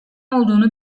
olduğunu